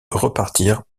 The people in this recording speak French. repartir